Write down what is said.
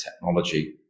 technology